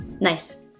nice